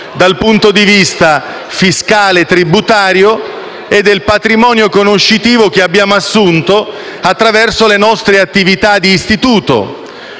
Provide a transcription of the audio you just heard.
dal punto di vista fiscale e tributario e del patrimonio conoscitivo che abbiamo assunto attraverso le nostre attività di istituto.